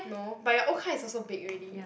no but your old car is also big already